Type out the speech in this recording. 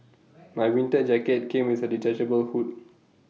my winter jacket came with A detachable hood